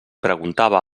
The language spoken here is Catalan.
preguntava